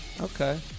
Okay